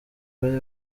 bari